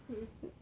mm mm